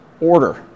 order